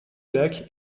lac